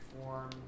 form